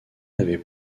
avait